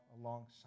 alongside